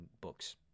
books